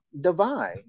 divine